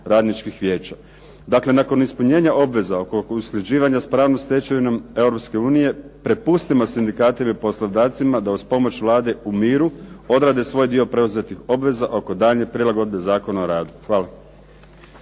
radničkih vijeća. Dakle, nakon ispunjenja obveza usklađivanja s pravnom stečevinom Europske unije, prepustimo sindikatima i poslodavcima da uz pomoć Vlade u miru odrade svoj dio preuzetih obveza oko daljnje prilagodbe Zakona o radu. Hvala.